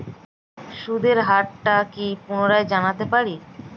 সুদের হার টা কি পুনরায় জানতে পারি?